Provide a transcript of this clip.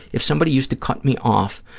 if somebody used to cut me off,